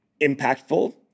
impactful